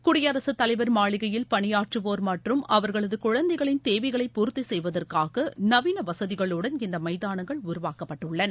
குடியரசுத் தலைவர் மாளிகையில் பணியாற்றவோர் மற்றும் அவர்களது குழந்தைகளின் தேவைகளைப் பூர்த்தி செய்வதற்காக நவீன வசதிகளுடன் இந்த மைதானங்கள் உருவாக்கப்பட்டுள்ளன